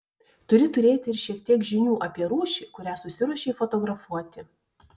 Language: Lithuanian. turi turėti ir šiek tiek žinių apie rūšį kurią susiruošei fotografuoti